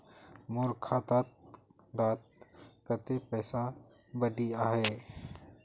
मोर खाता डात कत्ते पैसा बढ़ियाहा?